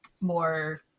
more